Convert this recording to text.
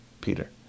Peter